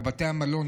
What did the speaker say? בבתי המלון,